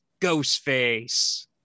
Ghostface